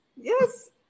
yes